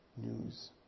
news